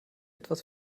etwas